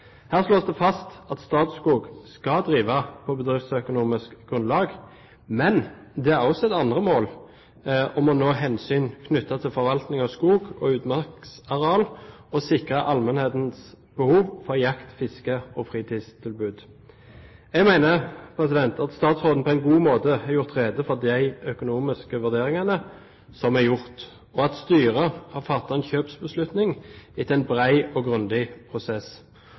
Her slås det fast at Statskog skal drive på bedriftsøkonomisk grunnlag, men det er også satt andre mål, mål knyttet til forvaltning av skog og utmarksareal og å sikre allmennhetens behov for jakt, fiske og fritidstilbud. Jeg mener at statsråden på en god måte har gjort rede for de økonomiske vurderingene som er gjort, og at styret har fattet en kjøpsbeslutning etter en bred og grundig prosess.